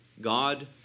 God